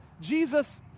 jesus